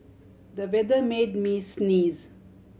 the weather made me sneeze